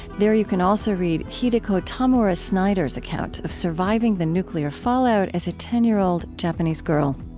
there you can also read hideko tamura snider's account of surviving the nuclear fallout as a ten year old japanese girl.